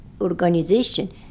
organization